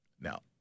Now